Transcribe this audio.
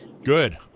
Good